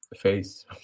face